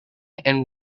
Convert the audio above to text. and